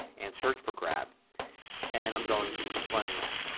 and search for grab and i'm going to run the app.